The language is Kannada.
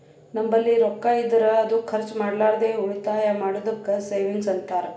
ನಂಬಲ್ಲಿ ರೊಕ್ಕಾ ಇದ್ದುರ್ ಅದು ಖರ್ಚ ಮಾಡ್ಲಾರ್ದೆ ಉಳಿತಾಯ್ ಮಾಡದ್ದುಕ್ ಸೇವಿಂಗ್ಸ್ ಅಂತಾರ